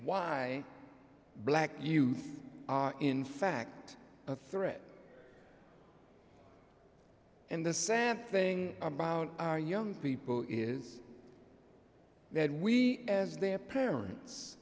why black youth are in fact a threat and the same thing about our young people is that we as their parents